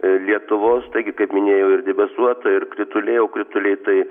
lietuvos taigi kaip minėjau ir debesuota ir krituliai o krituliai tai